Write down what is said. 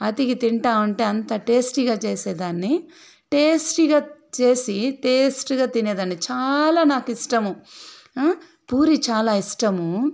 అతికి తింటూవుంటే అంత టేస్టీగా చేసేదాన్ని టేస్టీగా చేసి టేస్ట్గా తినేదాన్ని చాలా నాకు ఇష్టము ఆ పూరీ చాలా ఇష్టము